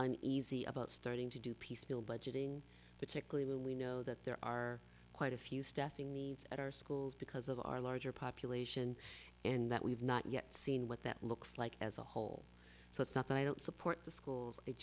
uneasy about starting to do piecemeal budgeting particularly when we know that there are quite a few staffing needs at our schools because of our larger population and that we have not yet seen what that looks like as a whole so it's not that i don't support the schools it